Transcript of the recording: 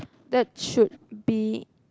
that should be